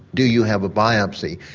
do you have a biopsy?